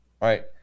Right